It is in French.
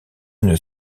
une